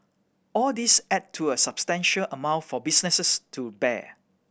all these add to a substantial amount for businesses to bear